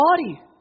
body